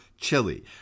Chili